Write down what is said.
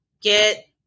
get